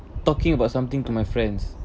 talking about something to my friends